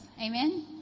Amen